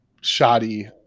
shoddy